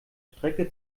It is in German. strecke